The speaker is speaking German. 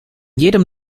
jedem